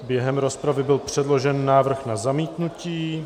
Během rozpravy byl předložen návrh na zamítnutí.